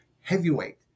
heavyweight